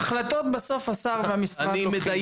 את ההחלטות בסוף השר והמשרד לוקחים,